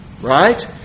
Right